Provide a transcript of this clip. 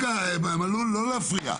רגע, מלול, לא להפריע.